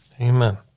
Amen